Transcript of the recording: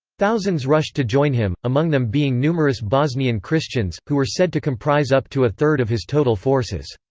thousands rushed to join him, among them being numerous bosnian christians, who were said to comprise up to a third of his total forces.